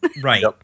Right